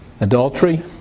Adultery